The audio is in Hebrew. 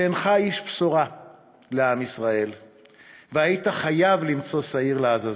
שאינך איש בשורה לעם ישראל והיית חייב למצוא שעיר לעזאזל.